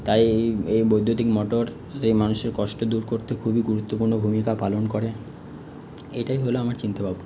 তাই এই এই বৈদ্যুতিক মোটর যে মানুষের কষ্ট দূর করতে খুবই গুরুত্বপূর্ণ ভূমিকা পালন করে এটাই হল আমার চিন্তাভাবনা